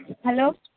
hello